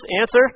Answer